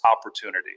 opportunity